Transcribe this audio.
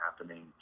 happening